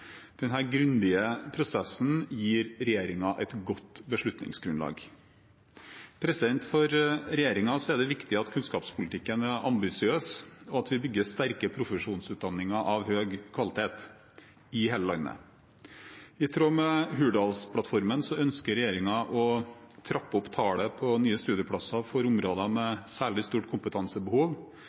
grundige prosessen gir regjeringen et godt beslutningsgrunnlag. For regjeringen er det viktig at kunnskapspolitikken er ambisiøs, og at vi bygger sterke profesjonsutdanninger av høy kvalitet, i hele landet. I tråd med Hurdalsplattformen ønsker regjeringen å trappe opp tallet på nye studieplasser for områder med særlig stort kompetansebehov.